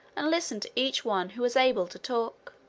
and listened to each one who was able to talk,